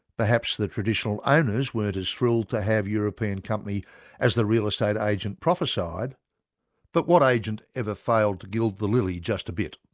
perhaps the traditional owners weren't as thrilled to have european company as the real estate agent prophesied but what agent ever failed to gild the lily just a bit.